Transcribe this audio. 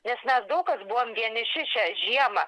nes mes daug kad buvom vieniši šią žiemą